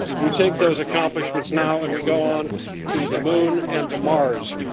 we take those accomplishments now and we go on to the moon, and to mars.